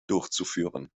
durchzuführen